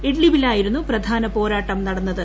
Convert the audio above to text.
ഇഡ്ലിബിലായിരുന്നു പ്രധാന പോരാട്ടം നടന്നത്